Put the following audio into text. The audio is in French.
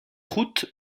route